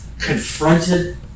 confronted